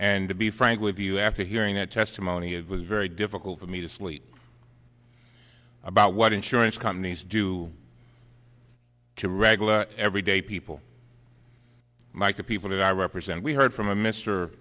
and to be frank with you after hearing that testimony it was very difficult for me to sleep about what insurance companies do to regular everyday people mike the people that i represent we heard from a